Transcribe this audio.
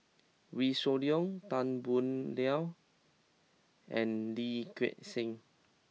Wee Shoo Leong Tan Boo Liat and Lee Gek Seng